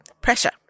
pressure